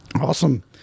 Awesome